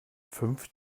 fünf